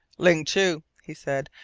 ling chu, he said,